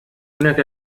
هناك